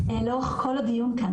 כאן,